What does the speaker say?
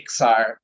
Pixar